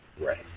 Right